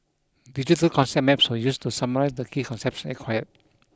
digital concept maps were used to summarise the key concepts acquired